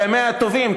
בימיה הטובים,